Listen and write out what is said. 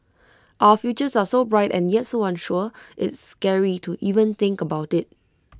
our futures are so bright and yet so unsure it's scary to even think about IT